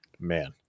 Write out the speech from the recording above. man